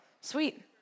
Sweet